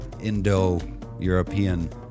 Indo-European